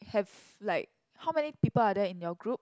have like how many people are there in your group